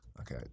Okay